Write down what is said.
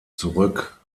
zurück